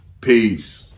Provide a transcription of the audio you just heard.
peace